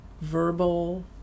verbal